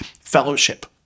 fellowship